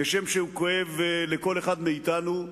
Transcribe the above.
כשם שהוא כואב לכל אחד מאתנו.